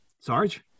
Sarge